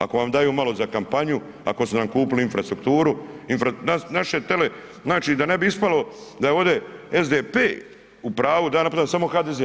Ako vam daju malo za kampanju, ako su nam kupili infrastrukturu, znači da ne bi ispalo da je ovdje SDP u pravu da ja napadam samo HDZ.